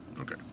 Okay